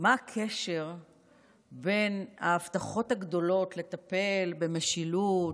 מה הקשר להבטחות הגדולות לטפל במשילות,